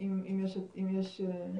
אם אין כזאת אני חושבת שראוי שהם יפורסמו,